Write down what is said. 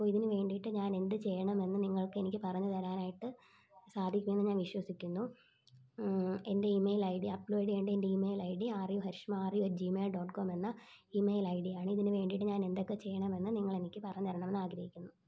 അപ്പോൾ ഇതിന് വേണ്ടിയിട്ട് ഞാൻ എന്ത് ചെയ്യണമെന്ന് നിങ്ങൾക്ക് എനിക്ക് പറഞ്ഞുതരാനായിട്ട് സാധിക്കുമെന്ന് ഞാൻ വിശ്വസിക്കുന്നു എൻ്റെ ഇമെയിൽ ഐ ഡി അപ്പ്ലോഡ് ചെയ്യേണ്ട എൻ്റെ email I D R U Harishma R U at Gmail dot com എന്ന ഇമെയിൽ ഐ ഡി ആണ് ഇതിന് വേണ്ടിയിട്ട് ഞാൻ എന്തൊക്കെ ചെയ്യണമെന്ന് നിങ്ങൾ എനിക്ക് പറഞ്ഞുതരണം എന്നാഗ്രഹിക്കുന്നു